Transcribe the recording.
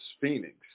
Phoenix